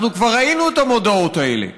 אנחנו כבר ראינו את המודעות האלה.